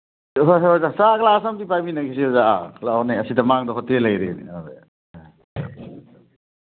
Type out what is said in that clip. ꯍꯣꯏ ꯍꯣꯏ ꯑꯣꯖꯥ ꯆꯥ ꯒ꯭ꯂꯥꯁ ꯑꯃꯗꯤ ꯄꯥꯏꯃꯤꯟꯅꯈꯤꯁꯤ ꯑꯣꯖꯥ ꯂꯥꯛꯑꯣꯅꯦ ꯑꯁꯤꯗ ꯃꯥꯡꯗ ꯍꯣꯇꯦꯜ ꯂꯩꯔꯦꯅꯦ ꯑꯍꯣꯏ ꯑ